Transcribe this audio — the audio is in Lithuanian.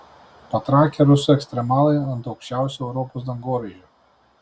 patrakę rusų ekstremalai ant aukščiausio europos dangoraižio